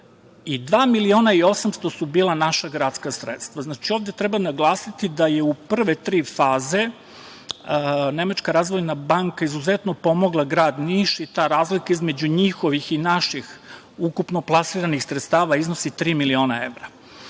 dva miliona i 800 su bila naša gradska sredstva. Znači, ovde treba naglasiti da je u prve tri faze Nemačka razvojna banka izuzetno pomogla grad Niš i ta razlika između njihovih i naših ukupno plasiranih sredstava iznosi tri miliona evra.